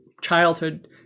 childhood